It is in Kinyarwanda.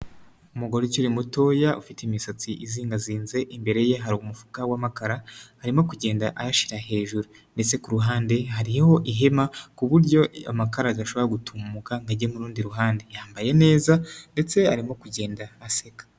umugore ukiri mutoya ufite imisatsi izingazinze imbere ye hari umufuka w'amakara, arimo kugenda ayashyira hejuru ndetse ku ruhande hariho ihema ku buryo amakara adashobora gutumuka ngo ajye mu rundi ruhande yambaye neza, ndetse arimo kugenda aseka.